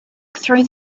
through